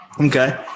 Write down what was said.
Okay